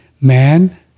man